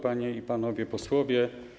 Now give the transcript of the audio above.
Panie i Panowie Posłowie!